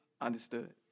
Understood